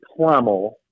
Plummel